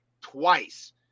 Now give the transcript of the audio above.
twice